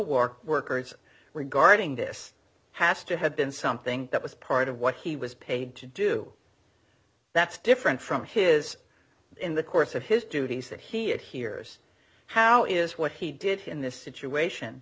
coworkers workers regarding this has to have been something that was part of what he was paid to do that's different from his in the course of his duties that he it hears how is what he did in this situation